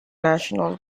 national